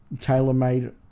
tailor-made